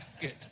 Good